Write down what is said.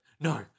No